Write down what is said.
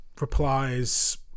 replies